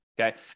Okay